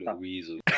weasel